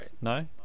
no